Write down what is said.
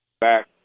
back